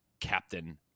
captain